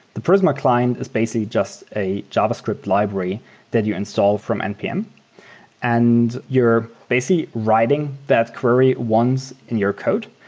the prisma client is basically just a javascript library that you install from npm and you're basically writing that query once in your code.